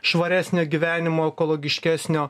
švaresnio gyvenimo ekologiškesnio